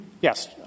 Yes